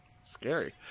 Scary